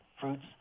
fruits